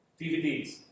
DVDs